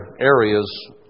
areas